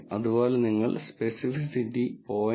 അതുപോലെ നിങ്ങൾക്ക് സ്പെസിഫിസിറ്റി 0